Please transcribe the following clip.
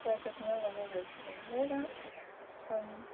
পৰ্যটনৰ বাবে গৈছিলোঁ